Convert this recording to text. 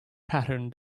pattern